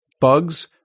Bugs